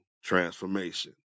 transformation